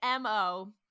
mo